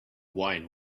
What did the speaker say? wine